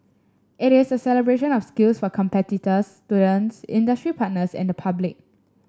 it is a celebration of skills for competitors students industry partners and the public